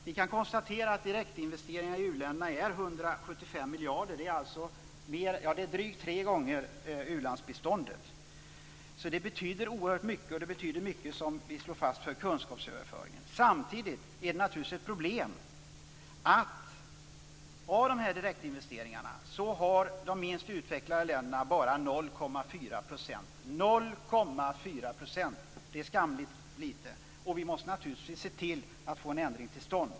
Vi kan konstatera att direktinvesteringarna i u-länderna är 175 miljarder. Det är alltså drygt tre gånger u-landsbiståndet. Det betyder oerhört mycket, bl.a. för kunskapsöverföring, som vi slår fast. Samtidigt är det naturligtvis ett problem att av de här direktinvesteringarna har de minst utvecklade länderna bara 0,4 %. Det är skamligt lite, och vi måste naturligtvis se till att få en ändring till stånd.